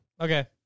Okay